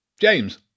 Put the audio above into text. James